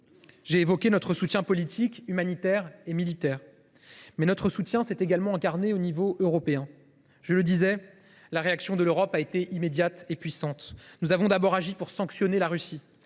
j’ai évoqué notre soutien politique, humanitaire et militaire, mais notre soutien s’est également déployé à l’échelon européen. Je le disais, la réaction de l’Europe a été immédiate et puissante. Nous avons tout d’abord agi pour sanctionner la Russie.